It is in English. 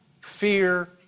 fear